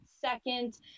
second